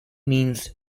means